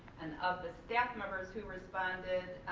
and of the staff members who responded,